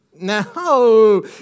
No